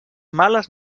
males